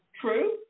true